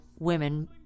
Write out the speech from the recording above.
Women